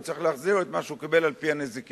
הוא צריך להחזיר את מה שהוא קיבל על-פי הנזיקין,